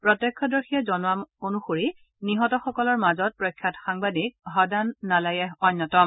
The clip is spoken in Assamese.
প্ৰত্যক্ষদৰ্শীয়ে জনোৱা অনুসৰি নিহতসকলৰ মাজত প্ৰখ্যাত সাংবাদিক হডান নালায়েহ অন্যতম